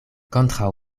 kontraŭ